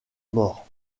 mort